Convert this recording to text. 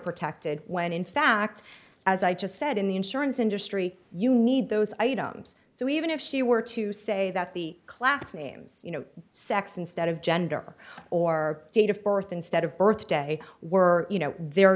protected when in fact as i just said in the insurance industry you need those items so even if she were to say that the class names you know sex instead of gender or date of birth instead of birth day were you know the